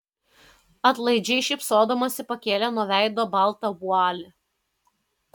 atlaidžiai šypsodamasi pakėlė nuo veido baltą vualį